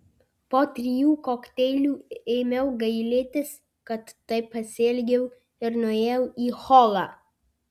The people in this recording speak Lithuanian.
po trijų kokteilių ėmiau gailėtis kad taip pasielgiau ir nuėjau į holą